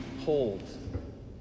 hold